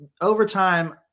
overtime